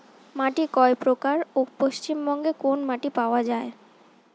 মাটি কয় প্রকার ও পশ্চিমবঙ্গ কোন মাটি পাওয়া য়ায়?